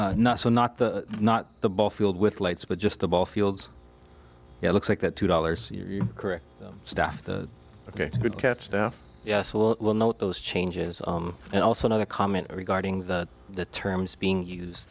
yeah not so not the not the ball field with lights but just the ball fields yeah looks like that two dollars you're correct stuff the ok good catch staff yes well not those changes and also not a comment regarding the the terms being used